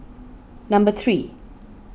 number three